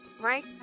right